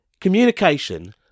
communication